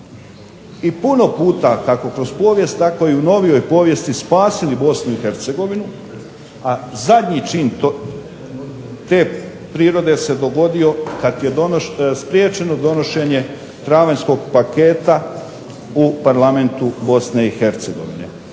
I puno puta kako kroz povijest tako i u novijoj povijesti spasili BiH, a zadnji čin te prirode se dogodio kada je spriječeno donošenje travanjskog paketa u Parlamentu BiH.